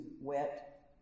wet